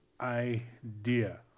idea